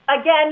Again